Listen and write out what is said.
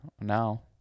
now